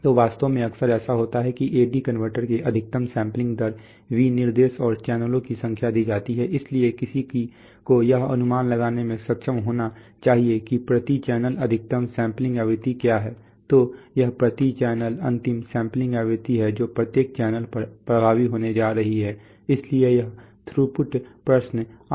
तो वास्तव में अक्सर ऐसा होता है कि AD कनवर्टर के अधिकतम सैंपलिंग दर विनिर्देश और चैनलों की संख्या दी जाती है इसलिए किसी को यह अनुमान लगाने में सक्षम होना चाहिए कि प्रति चैनल अधिकतम सैंपलिंग आवृत्ति क्या है तो यह प्रति चैनल अंतिम सैंपलिंग आवृत्ति है जो प्रत्येक चैनल पर प्रभावी होने जा रही है इसीलिए यह थ्रूपुट प्रश्न आता है